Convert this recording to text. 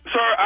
Sir